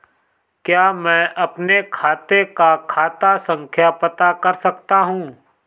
क्या मैं अपने खाते का खाता संख्या पता कर सकता हूँ?